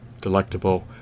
delectable